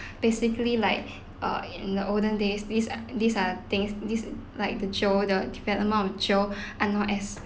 basically like uh in the olden days these are these are the things these uh like the jail the development of jail are not as